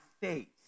faith